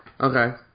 Okay